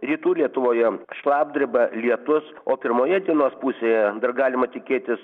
rytų lietuvoje šlapdriba lietus o pirmoje dienos pusėje dar galima tikėtis